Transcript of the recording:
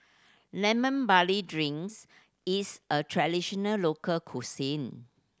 lemon barley drinks is a traditional local cuisine